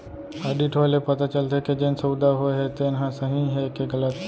audit होए ले पता चलथे के जेन सउदा होए हे तेन ह सही हे के गलत